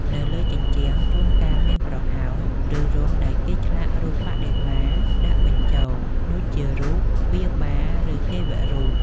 នៅលើជញ្ជាំង ជួនកាលមានប្រហោង ឬរន្ធដែលគេឆ្លាក់រូបបដិមាដាក់បញ្ចូល ដូចជារូប ទ្វារបាល ឬទេវរូប។